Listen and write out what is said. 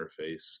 interface